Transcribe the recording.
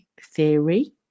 theory